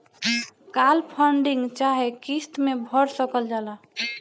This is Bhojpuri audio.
काल फंडिंग चाहे किस्त मे भर सकल जाला